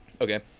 Okay